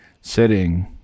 sitting